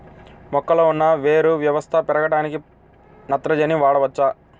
మొక్కలో ఉన్న వేరు వ్యవస్థ పెరగడానికి నత్రజని వాడవచ్చా?